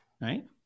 right